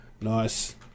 Nice